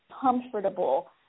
comfortable